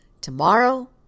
tomorrow